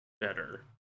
better